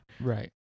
Right